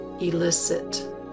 elicit